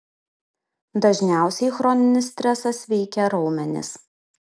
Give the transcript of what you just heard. dažniausiai chroninis stresas veikia raumenis